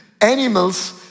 animals